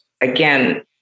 again